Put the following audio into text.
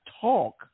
talk